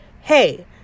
Hey